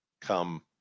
come